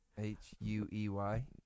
H-U-E-Y